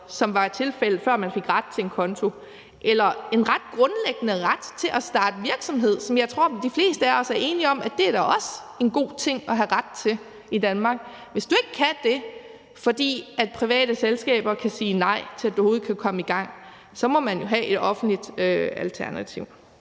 som var tilfældet, før man fik ret til en konto, eller din grundlæggende ret til at starte virksomhed, som jeg tror de fleste af os er enige om også er en god ting at have ret til i Danmark, og hvis det er, fordi private selskaber kan sige nej til, at du overhovedet kan komme i gang, så må man jo have et offentligt alternativ.